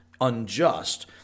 unjust